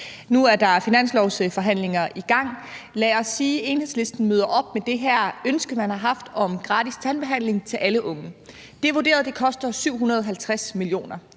Nu er der finanslovsforhandlinger i gang, så lad os sige, at Enhedslisten møder op med det her ønske, man har haft, om gratis tandbehandling til alle unge. Det er vurderet, at det koster 750 mio.